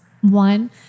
one